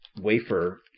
wafer